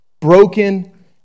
broken